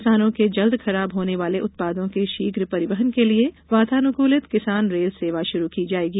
किसानों के जल्द खराब होने वाले उत्पादों के शीघ्र परिवहन के लिये वातानुकलित किसान रेल सेवा शुरू की जाएगी